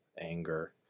anger